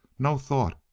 no thought,